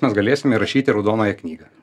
mes galėsime įrašyt į raudonąją knygą